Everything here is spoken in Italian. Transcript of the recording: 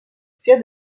sia